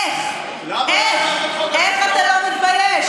איך, איך אתה לא מתבייש?